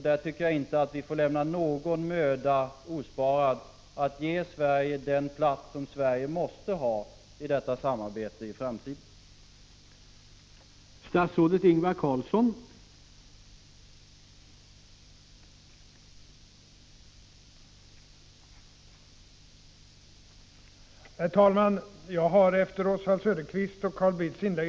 Vi får inte lämna någon möda ospard när det gäller att ge Sverige den plats i detta samarbete som Sverige i framtiden måste ha.